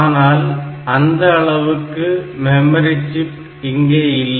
ஆனால் அந்த அளவுக்கு மெமரி சிப் இங்கே இல்லை